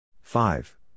Five